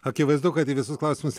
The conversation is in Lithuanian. akivaizdu kad į visus klausimus